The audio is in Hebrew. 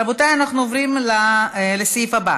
רבותיי, אנחנו עוברים לסעיף הבא,